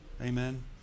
Amen